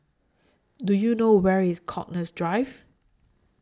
Do YOU know Where IS Connaught Drive